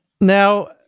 Now